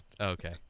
Okay